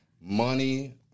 money